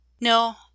No